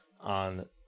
on